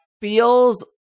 feels